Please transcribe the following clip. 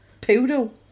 poodle